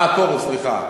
אה, פרוש, סליחה.